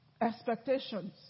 Expectations